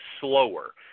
slower